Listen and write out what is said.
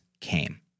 came